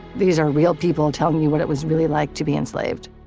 these are real people telling you what it was really like to be enslaved.